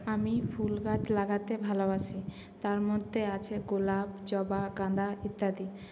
আমি ফুল গাছ লাগাতে ভালোবাসি তার মধ্যে আছে গোলাপ জবা গাঁদা ইত্যাদি